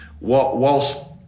whilst